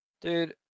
Dude